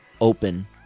open